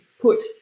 put